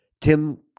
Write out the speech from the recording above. Tim